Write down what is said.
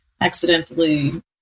accidentally